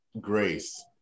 grace